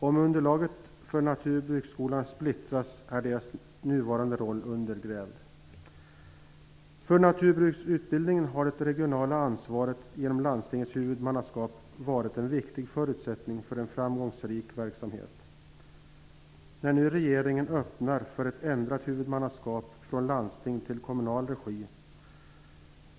Om underlaget för naturbruksskolorna splittras är deras nuvarande roll undergrävd. För naturbruksutbildningen har det regionala ansvaret genom landstingens huvudmannaskap varit en viktig förutsättning för en framgångsrik verksamhet. Nu öppnar regeringen för ett ändrat huvudmannaskap från landstingen till kommunerna.